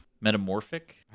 Metamorphic